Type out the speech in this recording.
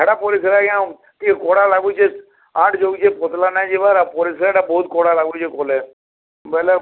ଝାଡ଼ା ପରିଶ୍ରା ଆଜ୍ଞା ଟିକେ କଡ଼ା ଲାଗୁଛେ ଆଁଟ୍ ଯାଉଛେ ପତ୍ଲା ନାଇ ଯିବାର୍ ଆଉ ପରିଶ୍ରା ଟା ବହୁତ୍ କଡ଼ା ଲାଗୁଛେ କଲେ ବେଲେ